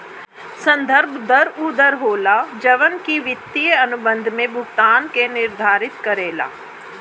संदर्भ दर उ दर होला जवन की वित्तीय अनुबंध में भुगतान के निर्धारित करेला